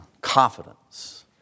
confidence